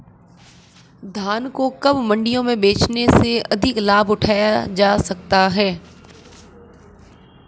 धान को कब मंडियों में बेचने से अधिक लाभ उठाया जा सकता है?